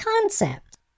concept